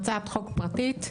זאת הצעת חוק פרטית,